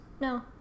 no